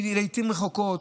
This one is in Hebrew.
היא לעיתים רחוקות.